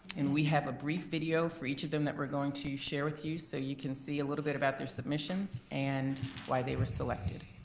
and we have a brief video for each of them that we're going to share with you so you can see a little bit about their submissions and why they were selected.